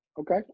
Okay